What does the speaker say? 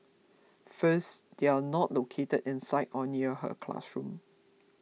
first they are not located inside or near her classroom